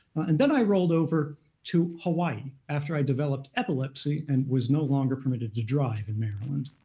and then i rolled over to hawaii after i developed epilepsy and was no longer permitted to drive in maryland.